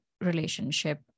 relationship